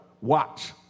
watch